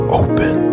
open